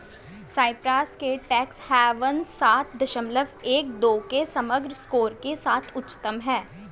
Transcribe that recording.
Cyprus के tax havens सात दशमलव एक दो के समग्र स्कोर के साथ उच्चतम हैं